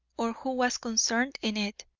or who was concerned in it.